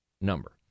number